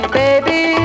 baby